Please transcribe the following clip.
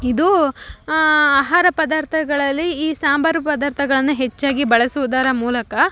ಇದು ಆಹಾರ ಪದಾರ್ಥಗಳಲ್ಲಿ ಈ ಸಾಂಬಾರು ಪದಾರ್ಥಗಳನ್ನು ಹೆಚ್ಚಾಗಿ ಬಳಸೋದರ ಮೂಲಕ